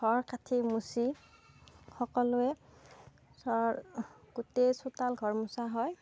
ঘৰ কাঠি মোচি সকলোৱে চৰ গোটেই চোতাল ঘৰ মোচা হয়